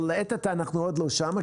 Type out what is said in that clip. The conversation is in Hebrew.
לעת עתה אנחנו עוד לא שם,